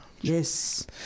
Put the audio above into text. Yes